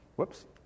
Whoops